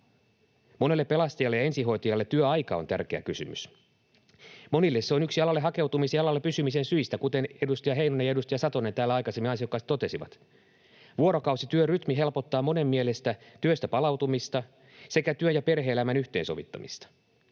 Monelle pelastajalle ja ensihoitajalle työaika on tärkeä kysymys. Monille se on yksi alalle hakeutumisen ja alalla pysymisen syistä, kuten edustaja Heinonen ja edustaja Satonen täällä aikaisemmin ansiokkaasti totesivat. Vuorokausityörytmi helpottaa monen mielestä työstä palautumista sekä työ- ja perhe-elämän yhteensovittamista.